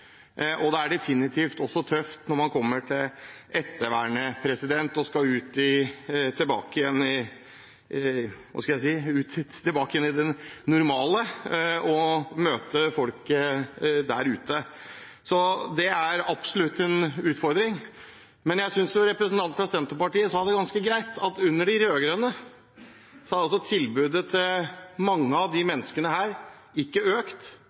er definitivt også tøft når man kommer til ettervernet og skal tilbake til – hva skal jeg si – det normale og møte folk der ute. Det er absolutt en utfordring. Men jeg synes representanten fra Senterpartiet sa det ganske greit – under de rød-grønne har tilbudet til mange av disse menneskene ikke økt,